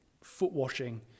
foot-washing